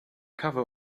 cover